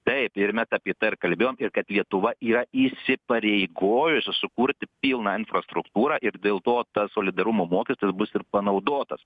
taip ir mes apie tai ir kalbėjom ir kad lietuva yra įsipareigojusi sukurti pilną infrastruktūrą ir dėl to tas solidarumo mokestis bus ir panaudotas